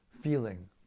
feeling